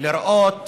לראות